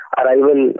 arrival